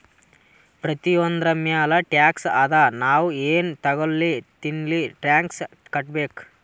ಪ್ರತಿಯೊಂದ್ರ ಮ್ಯಾಲ ಟ್ಯಾಕ್ಸ್ ಅದಾ, ನಾವ್ ಎನ್ ತಗೊಲ್ಲಿ ತಿನ್ಲಿ ಟ್ಯಾಕ್ಸ್ ಕಟ್ಬೇಕೆ